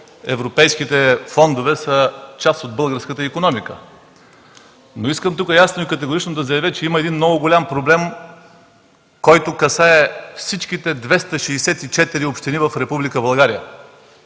европейските фондове са част от българската икономика. Но искам тук ясно и категорично да заявя, че има много голям проблем, касаещ всички 264 общини в